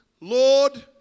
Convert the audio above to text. Lord